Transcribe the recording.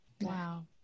Wow